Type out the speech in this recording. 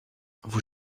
vous